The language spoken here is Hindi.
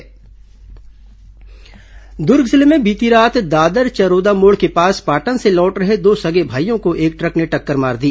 हादसा दुर्ग जिले में बीती रात दादर चरोदा मोड़ के पास पाटन से लौटे रहे दो सगे भाईयों को एक ट्रक ने टक्कर मार दी